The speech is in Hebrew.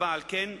4. על כן,